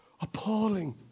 appalling